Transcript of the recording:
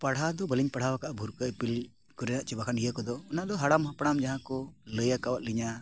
ᱯᱟᱲᱦᱟᱣ ᱫᱚ ᱵᱟᱹᱞᱤᱧ ᱯᱟᱲᱦᱟᱣ ᱠᱟᱜᱼᱟ ᱵᱷᱩᱨᱠᱟᱹ ᱤᱯᱤᱞ ᱠᱚᱨᱮᱱᱟᱜ ᱪᱮ ᱵᱟᱝᱠᱷᱟᱱ ᱤᱭᱟᱹ ᱠᱚᱫᱚ ᱚᱱᱟ ᱫᱚ ᱦᱟᱲᱟᱢ ᱦᱟᱯᱲᱟᱢ ᱡᱟᱦᱟᱸ ᱠᱚ ᱞᱟᱹᱭ ᱟᱠᱟᱫ ᱞᱤᱧᱟᱹ